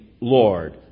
Lord